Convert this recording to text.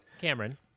Cameron